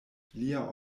lia